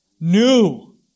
New